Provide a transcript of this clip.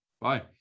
bye